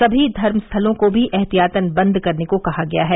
सभी धर्मस्थलों को भी एहतियातन बंद करने को कहा गया है